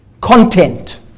content